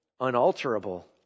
unalterable